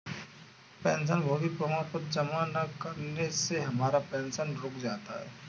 पेंशनभोगी प्रमाण पत्र जमा न करने से हमारा पेंशन रुक जाता है